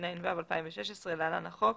התשע"ו 2016 (להלן, החוק),